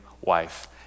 wife